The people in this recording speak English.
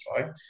right